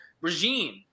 regime